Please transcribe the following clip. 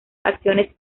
acciones